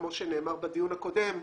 כמו שנאמר בדיון הקודם,